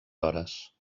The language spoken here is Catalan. hores